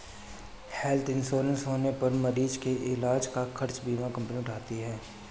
health insurance होने पर मरीज के इलाज का खर्च बीमा कंपनी उठाती है